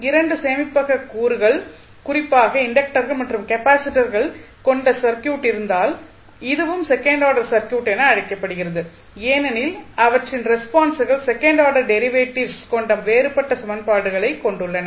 2 சேமிப்பக கூறுகள் குறிப்பாக இண்டக்டர்கள் மற்றும் கெப்பாசிட்டர்கள் கொண்ட சர்க்யூட் இருந்தால் இதுவும் செகண்ட் ஆர்டர் சர்க்யூட் என அழைக்கப்படுகிறது ஏனெனில் அவற்றின் ரெஸ்பான்ஸ்கள் செகண்ட் ஆர்டர் டெரிவேட்டிவ்ஸ் கொண்ட வேறுபட்ட சமன்பாடுகளைக் கொண்டுள்ளன